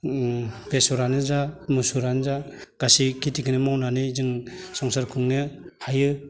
बेसरानो जा मुसुरानो गासै खेथिखौनो मावनानै जों संसार खुंनो हायो